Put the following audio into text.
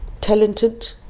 talented